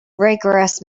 rigorous